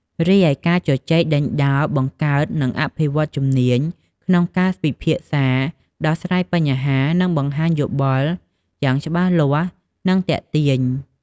រីឯ ការជជែកដេញដោល បង្កើត និងអភិវឌ្ឍជំនាញក្នុងការពិភាក្សា ដោះស្រាយបញ្ហា និងបង្ហាញយោបល់យ៉ាងច្បាស់លាស់ និងទាក់ទាញ។